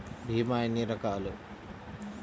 భీమ ఎన్ని రకాలు?